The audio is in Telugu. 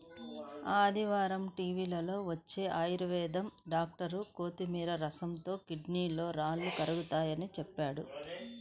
ఆదివారం టీవీలో వచ్చే ఆయుర్వేదం డాక్టర్ కొత్తిమీర రసంతో కిడ్నీలో రాళ్లు కరుగతాయని చెప్పాడు